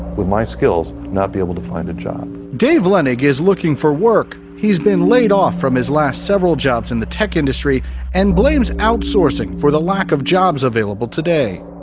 with my skills, not be able to find a job. dave leonnig is looking for work. he's been laid off from his last several jobs in the tech industry and blames outsourcing for the lack of jobs available today.